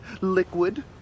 liquid